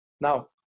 Now